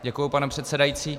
Děkuji, pane předsedající.